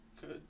Good